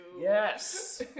yes